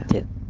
it